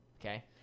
Okay